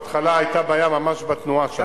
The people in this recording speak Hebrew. בהתחלה היתה בעיה ממש בתנועה שם.